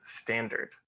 standard